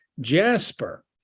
jasper